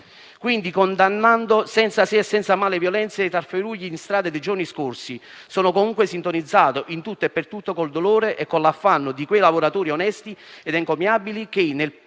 dunque, senza se e senza ma, le violenze e i tafferugli in strada dei giorni scorsi, sono comunque sintonizzato in tutto e per tutto con il dolore e con l'affanno di quei lavoratori onesti ed encomiabili che, nel pieno